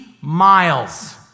miles